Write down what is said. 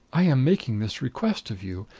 i am making this request of you.